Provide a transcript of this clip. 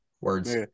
Words